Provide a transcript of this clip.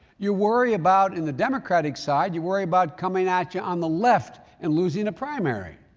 you worry about in the democratic side you worry about coming at you on the left and losing a primary.